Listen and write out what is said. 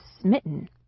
smitten